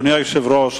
אדוני היושב-ראש,